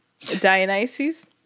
Dionysus